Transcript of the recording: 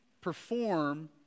perform